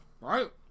Right